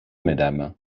madame